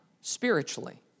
spiritually